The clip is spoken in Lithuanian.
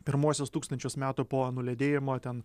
pirmuosius tūkstančius metų po nuledėjimo ten